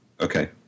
Okay